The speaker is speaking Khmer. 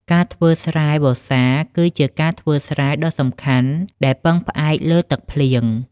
ការធ្វើស្រែវស្សា គឺជាការធ្វើស្រែដ៏សំខាន់ដែលពឹងផ្អែកលើទឹកភ្លៀង។